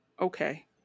Okay